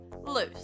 Loose